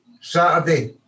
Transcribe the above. Saturday